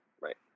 Right